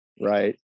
right